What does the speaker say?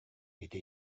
этэ